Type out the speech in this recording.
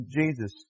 Jesus